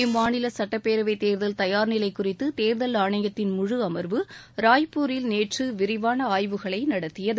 இம்மாநில சுட்டப்பேரவை தேர்தல் தயார்நிலை குறித்து தேர்தல் ஆணையத்தின் முழு அமாவு ராய்ப்பூரில் நேற்று விரிவான ஆய்வுகளை நடத்தியது